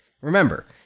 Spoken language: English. Remember